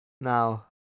Now